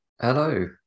Hello